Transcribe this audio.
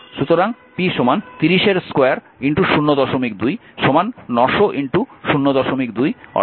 সুতরাং p 2 02 180 watt